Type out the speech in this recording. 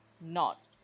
not-